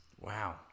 wow